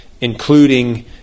including